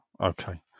Okay